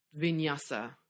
vinyasa